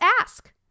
ask